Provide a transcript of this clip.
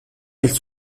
elles